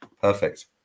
Perfect